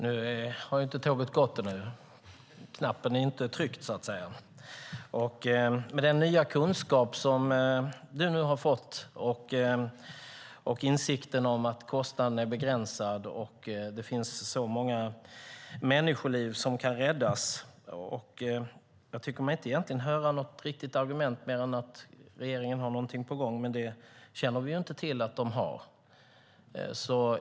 Herr talman! Tåget har inte gått ännu. Knappen är inte intryckt. Med den nya kunskap som Mikael Jansson nu har fått och med insikten om att kostnaden är begränsad och att så många människoliv kan räddas tycker jag mig inte höra något riktigt argument annat än att regeringen har någonting på gång, men det känner vi inte till att den har.